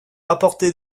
apporter